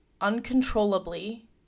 uncontrollably